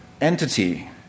entity